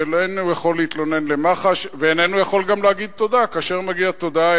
איננו יכול להתלונן למח"ש ואיננו יכול גם להגיד תודה כאשר מגיעה תודה,